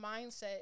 mindset